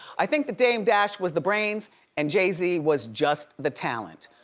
i think the dame dash was the brains and jay z was just the talent.